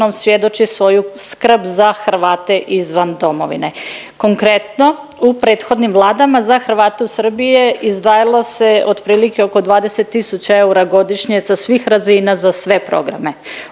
svjedoči svoju skrb za Hrvate izvan domovine. Konkretno, u prethodnim vladama za Hrvate u Srbiji je izdvajalo se otprilike oko 20 tisuća eura godišnje sa svih razina za sve programe.